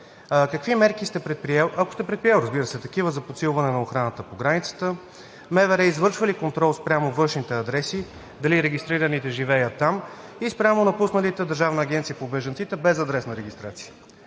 Какви мерки сте предприел, ако сте предприел, разбира се, такива за подсилване на охраната по границата? МВР извършва ли контрол спрямо външните адреси – дали регистрираните живеят там, и спрямо напусналите Държавна агенция за бежанците без адресна регистрация?